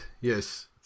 yes